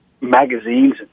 magazines